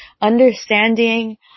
Understanding